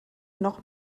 noch